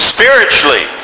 Spiritually